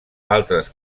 altres